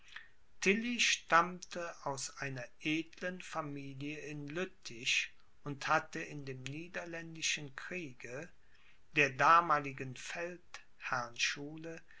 stammte aus einer edlen familie in lüttich und hatte in dem niederländischen kriege der damaligen